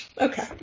Okay